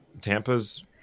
Tampa's